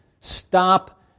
Stop